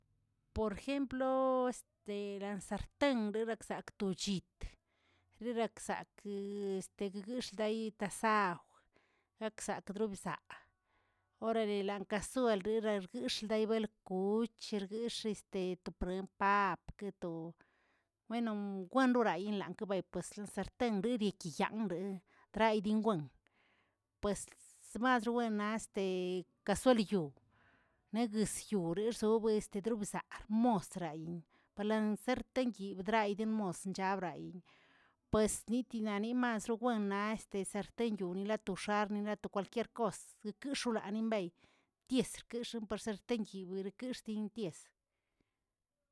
Por jemplo lan sarten rerakzakꞌ to chit rerakꞌzakꞌə tegguex̱ꞌdayi tasajw rakꞌzak tobisaꞌa orarle lan kasuel riraxguex̱ꞌleyꞌ kuch, xguex̱ꞌ este prem paꞌpꞌ guetoꞌ, wenoꞌ kwanlorayingguebay pues lo sarten ikiyangrə traidiwan pues smasrubuena este kasueli iyu, neguesyo rezowe este drobzdraꞌ, mostrain parlansenk tenquiu draid de moschabrai, pues nítida nimas rowen naꞌ sartenyuꞌ latux̱ar nilatu cualquier kos ikuꞌux̱uꞌnalinbey tiesskix̱ porsertenkiu yixtinties.